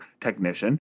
technician